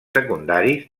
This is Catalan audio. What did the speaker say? secundaris